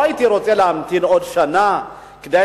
לא הייתי רוצה להמתין עוד שנה כדי